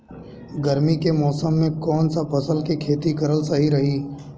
गर्मी के मौषम मे कौन सा फसल के खेती करल सही रही?